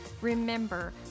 Remember